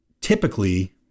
typically